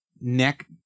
neck